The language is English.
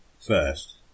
First